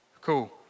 Cool